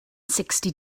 sixty